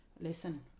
listen